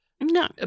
No